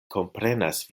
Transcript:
komprenas